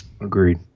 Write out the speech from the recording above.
Agreed